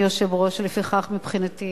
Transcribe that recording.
ולפיכך מבחינתי